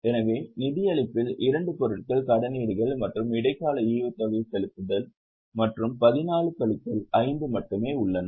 எனவே நிதியளிப்பில் இரண்டு பொருட்கள் கடனீடுகள் மற்றும் இடைக்கால ஈவுத்தொகை செலுத்துதல் மற்றும் 14 கழித்தல் 5 மட்டுமே உள்ளன